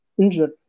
injured